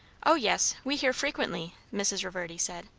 o yes! we hear frequently, mrs. reverdy said.